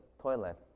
toilet